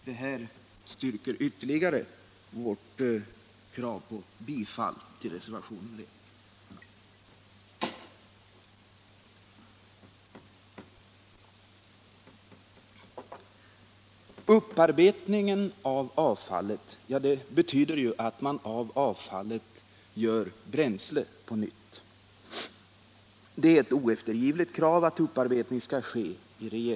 Detta styrker ytterligare vårt krav på bifall till reservationen I Upparbetning av avfallet betyder ju att man av avfallet gör bränsle på nytt. I regeringsdeklarationen är det ett oeftergivligt krav att upparbetning skall ske.